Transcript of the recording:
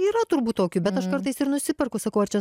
yra turbūt tokių bet aš kartais ir nusiperku sakau ar čia